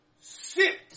Sit